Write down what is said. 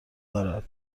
دارد